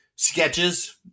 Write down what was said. sketches